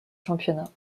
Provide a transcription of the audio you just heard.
championnat